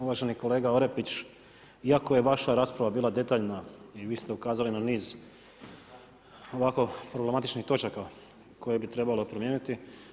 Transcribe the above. Uvaženi kolega Orepić, iako je vaša rasprava bila detaljna i vi ste ukazali na niz ovako problematičnih točaka koje bi trebalo promijeniti.